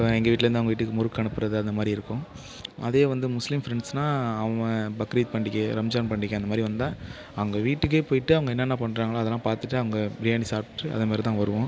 இப்போ எங்கள் வீட்டுலருந்து அவங்க வீட்டுக்கு முறுக்கு அனுப்புகிறது அந்த மாதிரி இருக்கும் அதே வந்து முஸ்லீம் ஃபரெண்ட்ஸுன்னா அவன் பக்ரீத் பண்டிகை ரம்ஜான் பண்டிகை அந்த மாதிரி வந்தால் அவங்க வீட்டுக்கே போய்ட்டு அவங்க என்ன என்ன பண்ணுறங்களோ அதெல்லாம் பார்த்துட்டு அவங்க பிரியாணி சாப்பிட்டு அதே மாதிரி தான் வருவோம்